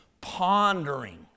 pondering